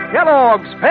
Kellogg's